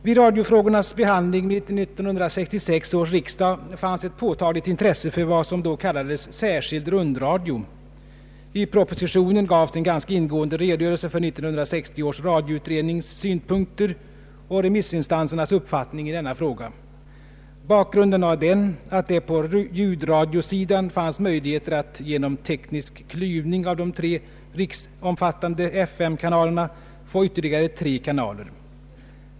Vid radiofrågornas behandling vid 1966 års riksdag fanns ett påtagligt intresse för vad som då kallades särskild rundradio. I propositionen gavs en ganska ingående redogörelse för 1960 års radioutrednings synpunkter och remissinstansernas uppfattning i denna fråga. Bakgrunden var den att det på ljudradiosidan fanns möjligheter att genom teknisk klyvning av de tre riksomfattande FM-kanalerna få ytterligare tre kanaler.